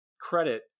credit